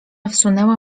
wsunęła